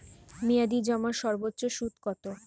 মেয়াদি জমার সর্বোচ্চ সুদ কতো?